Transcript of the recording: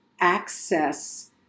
access